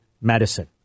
medicine